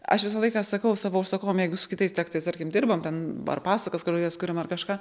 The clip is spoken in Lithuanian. aš visą laiką sakau savo užsakovam jeigu su kitais tekstais tarkim dirbam ten ar pasakas kažkokias kuriam ar kažką